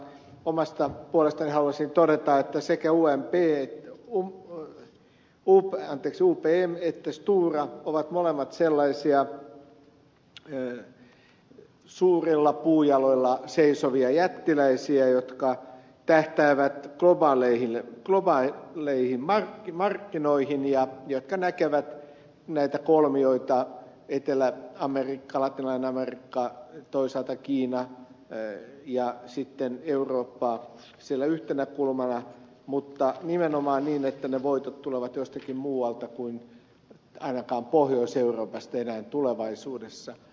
omasta puolestani haluaisin todeta että sekä upm että stora ovat molemmat sellaisia suurilla puujaloilla seisovia jättiläisiä jotka tähtäävät globaaleihin markkinoihin ja jotka näkevät näitä kolmioita etelä amerikka latinalainen amerikka toisaalta kiina ja sitten eurooppa siellä yhtenä kulmana mutta nimenomaan niin että ne voitot tulevat jostakin muualta kuin pohjois euroopasta tulevaisuudessa